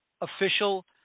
official